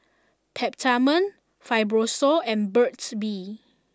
Peptamen Fibrosol and Burt's Bee